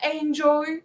enjoy